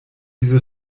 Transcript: diese